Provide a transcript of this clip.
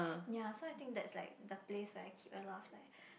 ya so I think that's like the place where I keep a lot of like